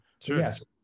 yes